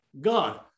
God